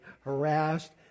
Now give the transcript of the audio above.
harassed